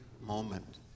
moment